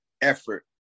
effort